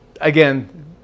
Again